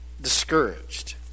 discouraged